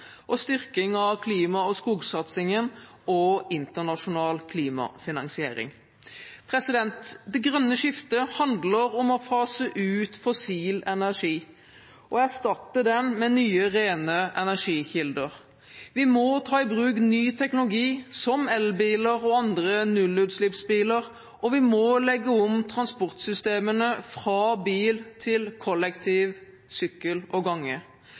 og styrking av klima- og skogsatsingen og internasjonal klimafinansiering. Det grønne skiftet handler om å fase ut fossil energi og erstatte den med nye, rene energikilder. Vi må ta i bruk ny teknologi som elbiler og andre nullutslippsbiler, og vi må legge om transportsystemene fra bil til kollektivtrafikk, sykkel og gange,